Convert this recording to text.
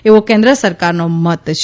એવો કેન્દ્ર સરકારનો મત છે